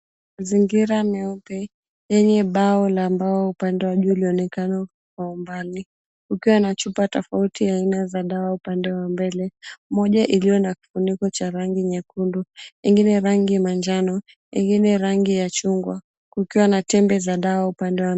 Mazingira meupe yenye bao la mbao upande wa juu lilionekana mbali. Ukiwa na chupa tofauti aina za dawa upande wa mbele. Moja iliyo na kifuniko cha rangi nyekundu, ingine rangi ya manjano, ingine rangi ya chungwa, kukiwa na tembe za dawa upande wa juu.